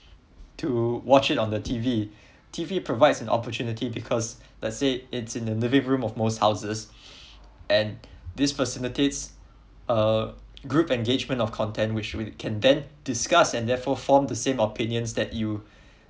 to watch it on the T_V T_V provides an opportunity because let say it's in living room of most houses and this facilitates a group engagement of content which really can then discuss and therefore form the same opinions that you